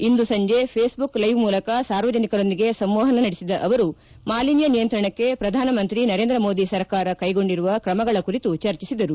ಇಂದು ಸಂಜೆ Facebook live ಮೂಲಕ ಸಾರ್ವಜನಿಕರೊಂದಿಗೆ ಸಂಮಸನ ನಡೆಸಿದ ಅವರು ಮಾಲಿನ್ನ ನಿಯಂತ್ರಣಕ್ಕೆ ಪ್ರಧಾನಮಂತ್ರಿ ನರೇಂದ್ರ ಮೋದಿ ಸರ್ಕಾರ ಕೈಗೊಂಡಿರುವ ಕ್ರಮಗಳ ಕುರಿತು ಚರ್ಚಿಸಿದರು